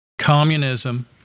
communism